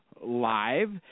live